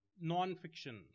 non-fiction